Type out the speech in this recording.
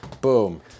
Boom